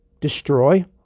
destroy